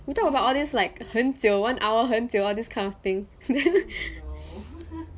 we talk about all these like 很久 one hour 很久 all this kind of thing